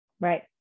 Right